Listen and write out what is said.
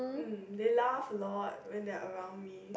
mm they laugh a lot when they around me